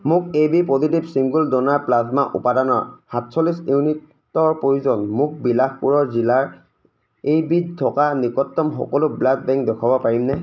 মোক A B positive single ডনাৰ plasma উপাদানৰ সাতচল্লিছ ইউনিটৰ প্ৰয়োজন মোক বিলাসপুৰৰ জিলাৰ এইবিধ থকা নিকটতম সকলো ব্লাড বেংক দেখুৱাব পাৰিমনে